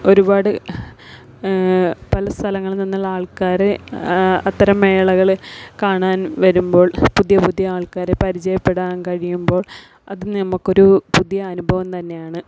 ഒരുപാട് പല സ്ഥലങ്ങളില് നിന്നുള്ള ആള്ക്കാർ അത്തരം മേളകൾ കാണാന് വരുമ്പോള് പുതിയ പുതിയ ആള്ക്കാരെ പരിചയപ്പെടാന് കഴിയുമ്പോള് അത് നമുക്കൊരു പുതിയ അനുഭവം തന്നെയാണ്